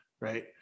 right